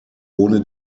ohne